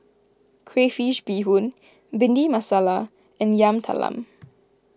Crayfish BeeHoon Bhindi Masala and Yam Talam